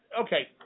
okay